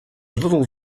little